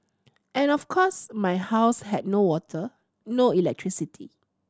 and of course my house had no water no electricity